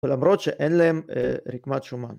למרות שאין להם רקמת שומן.